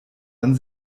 dann